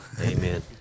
Amen